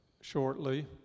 shortly